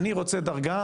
אני רוצה דרגה,